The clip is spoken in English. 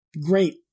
great